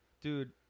Dude